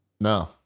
No